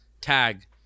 tag